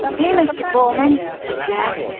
hey, mr. pullman, said jack.